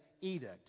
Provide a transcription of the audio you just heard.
edict